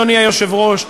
אדוני היושב-ראש,